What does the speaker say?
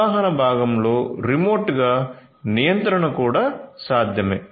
నిర్వహణ భాగం లో రిమోట్గా నియంత్రణ కూడా సాధ్యమే